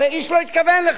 הרי איש לא התכוון לכך.